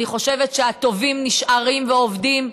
אני חושבת שהטובים נשארים ועובדים.